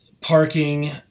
parking